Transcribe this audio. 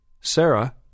Sarah